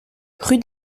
rue